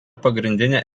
pagrindinė